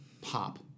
pop